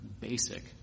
basic